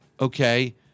Okay